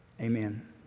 amen